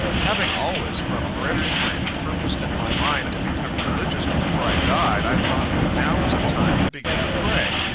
having always, from parental training, purposed in my mind to become religious before i died, i thought that now was the time to begin to pray.